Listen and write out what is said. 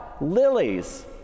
lilies